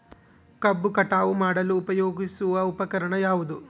ಕಬ್ಬು ಕಟಾವು ಮಾಡಲು ಉಪಯೋಗಿಸುವ ಉಪಕರಣ ಯಾವುದು?